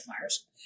Myers